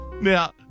Now